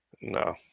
no